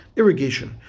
irrigation